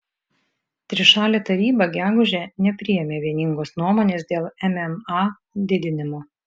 trišalė taryba gegužę nepriėmė vieningos nuomonės dėl mma didinimo